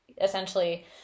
essentially